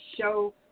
show